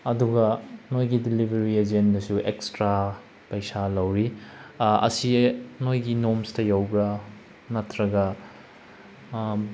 ꯑꯗꯨꯒ ꯅꯣꯏꯒꯤ ꯗꯤꯂꯤꯕ꯭ꯔꯤ ꯑꯦꯖꯦꯟꯗꯁꯨ ꯑꯦꯛꯁꯇ꯭ꯔꯥ ꯄꯩꯁꯥ ꯂꯧꯔꯤ ꯑꯁꯤ ꯅꯣꯏꯒꯤ ꯅꯣꯝꯁꯇ ꯌꯥꯎꯕ꯭ꯔ ꯅꯠꯇ꯭ꯔꯒ